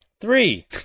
Three